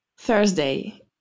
Thursday